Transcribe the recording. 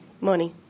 money